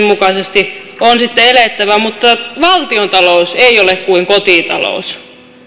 mukaisesti on sitten elettävä mutta valtiontalous ei ole kuin kotitalous